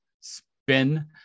spin